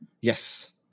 yes